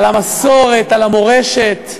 על המסורת, על המורשת,